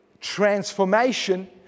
transformation